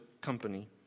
company